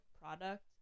product